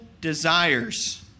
desires